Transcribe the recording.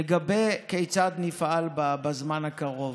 לגבי כיצד נפעל בזמן הקרוב,